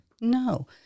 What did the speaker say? No